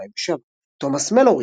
2007. תומאס מלורי,